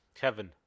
Kevin